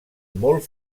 molt